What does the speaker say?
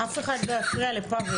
אף אחד לא יפריע לפבל.